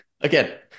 Again